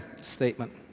statement